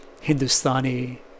Hindustani